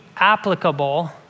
applicable